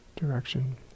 direction